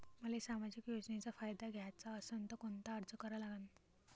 मले सामाजिक योजनेचा फायदा घ्याचा असन त कोनता अर्ज करा लागन?